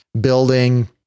building